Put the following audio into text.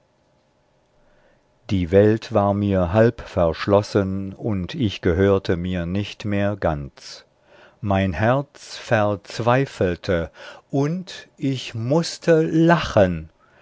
die welt war mir halb verschlossen und ich gehörte mir nicht mehr ganz mein herz verzweifelte und ich mußte lachen